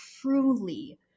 truly